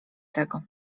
tego